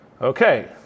Okay